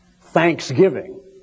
thanksgiving